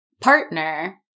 partner